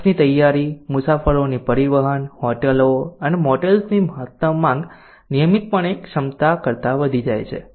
ટેક્ષની તૈયારી મુસાફરોની પરિવહન હોટેલો અને મોટેલ્સની મહત્તમ માંગ નિયમિતપણે ક્ષમતા કરતા વધી જાય છે